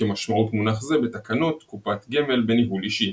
כמשמעות מונח זה בתקנות קופת גמל בניהול אישי.